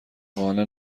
قانع